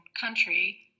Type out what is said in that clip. country